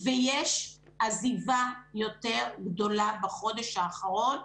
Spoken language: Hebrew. ויש עזיבה יותר גדולה בחודש האחרון.